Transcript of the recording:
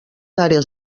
àrees